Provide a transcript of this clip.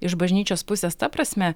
iš bažnyčios pusės ta prasme